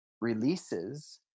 releases